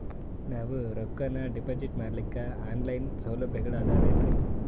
ನಾವು ರೊಕ್ಕನಾ ಡಿಪಾಜಿಟ್ ಮಾಡ್ಲಿಕ್ಕ ಆನ್ ಲೈನ್ ಸೌಲಭ್ಯಗಳು ಆದಾವೇನ್ರಿ?